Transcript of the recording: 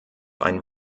ein